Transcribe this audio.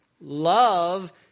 Love